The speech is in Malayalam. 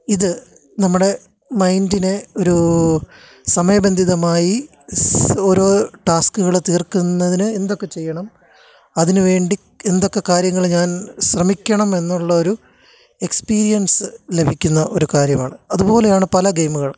ഇത് നമ്മുടെ മൈന്റിനെ ഒരൂ സമയബന്ധിതമായി ഓരോ ടാസ്ക്കുകൾ തീര്ക്കുന്നതിന് എന്തൊക്കെ ചെയ്യണം അതിന് വേണ്ടി എന്തെക്കെ കാര്യങ്ങൾ ഞാന് ശ്രമിക്കണമെന്നുള്ള ഒരു എക്സ്പീരിയന്സ് ലഭിക്കുന്ന ഒരു കാര്യമാണ് അതുപോലെയാണ് പല ഗെയിമുകള്